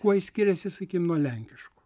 kuo jis skiriasi sakim nuo lenkiško